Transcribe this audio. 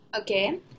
Okay